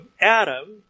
Adam